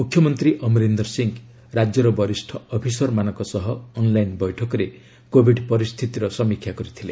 ମୁଖ୍ୟମନ୍ତ୍ରୀ ଅମରିନ୍ଦର ସିଂହ ରାଜ୍ୟର ବରିଷ୍ଣ ଅଫିସରମାନଙ୍କ ସହ ଅନ୍ଲାଇନ୍ ବୈଠକରେ କୋବିଡ୍ ପରିସ୍ଥିତିର ସମୀକ୍ଷା କରିଥିଲେ